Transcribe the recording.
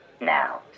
Now